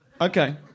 Okay